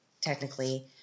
technically